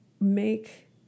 make